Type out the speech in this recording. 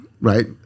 right